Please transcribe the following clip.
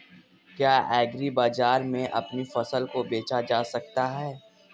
क्या एग्रीबाजार में अपनी फसल को बेचा जा सकता है?